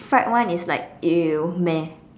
the fried one is like !eww! meh